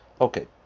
Okay